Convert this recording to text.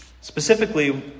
Specifically